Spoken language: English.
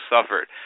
suffered